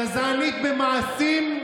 גזענית במעשים,